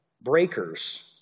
breakers